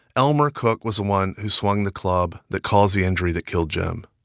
elmer cook was the one who swung the club that caused the injury that killed jim.